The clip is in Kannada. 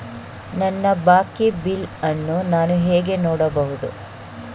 ನನ್ನ ಬಾಕಿ ಬಿಲ್ ಅನ್ನು ನಾನು ಹೇಗೆ ನೋಡಬಹುದು?